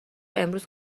امروز